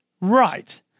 Right